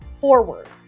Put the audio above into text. forward